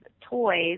toys